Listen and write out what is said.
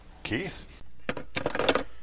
Keith